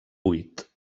buit